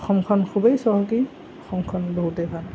অসমখন খুবেই চহকী অসমখন বহুতেই ভাল